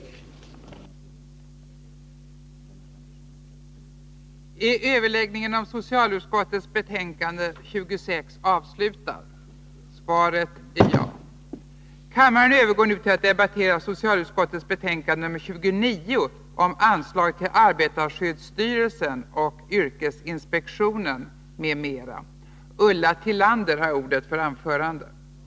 Voteringen kommer att redovisas efter debatten om SoU 29.